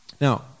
Now